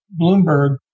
Bloomberg